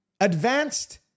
advanced